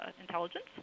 intelligence